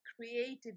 created